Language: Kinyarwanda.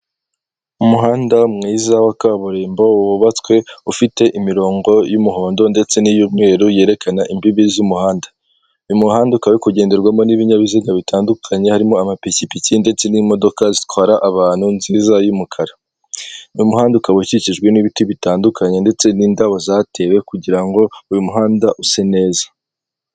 Umuhanda mwiza wa kaburimbo wubatswe ufite imirongo y'umuhondo ndetse niy'umweru yerekana imbibi z'umuhanda, uyumuhanda ukaba uri kugenderwamo n'ibinyabiziga bitandukanye harimo amapikipiki ndetse n'imodoka zitwara abantu nziza y'umukara, uyumuhanda ukaba ukikijwe n'ibiti bitandukanye ndetse n'indabyo zatewe kugira ngo uyumuhanda use neza.